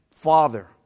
father